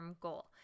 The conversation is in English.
goal